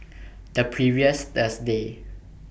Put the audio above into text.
The previous Thursday